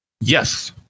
Yes